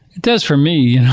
does for me.